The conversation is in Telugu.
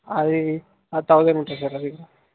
అది అది తౌసండ్ ఉంటుంది సార్ అది